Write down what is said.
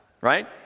right